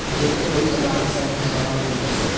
ਜੇਕਰ ਕੋਈ alarm set ਹੈ ਤਾਂ ਮੈਨੂੰ ਦੱਸੋ